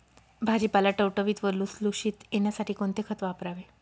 भाजीपाला टवटवीत व लुसलुशीत येण्यासाठी कोणते खत वापरावे?